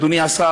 אדוני השר,